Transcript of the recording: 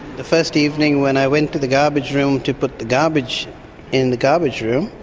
the first evening when i went to the garbage room to put the garbage in the garbage room,